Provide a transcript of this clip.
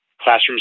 classrooms